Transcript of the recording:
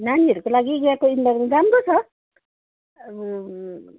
नानीहरूको लागि यहाँको इन्भाइरोमेन्ट राम्रो छ